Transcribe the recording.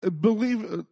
believe